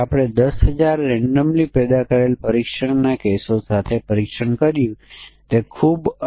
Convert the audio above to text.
અને આપણે અહીં જે સ્પષ્ટ કરતા નથી તે તે તારીખો વિશે છે જે અહીંની સીમાઓ કરતાં વધી જાય છે